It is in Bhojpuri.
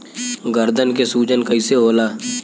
गर्दन के सूजन कईसे होला?